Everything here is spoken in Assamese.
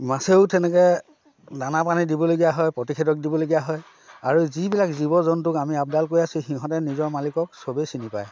মাছেও তেনেকৈ দানা পানী দিবলগীয়া হয় প্ৰতিষেধক দিবলগীয়া হয় আৰু যিবিলাক জীৱ জন্তুক আমি আপডাল কৰি আছোঁ সিহঁতে নিজৰ মালিকক সবেই চিনি পায়